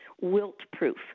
wilt-proof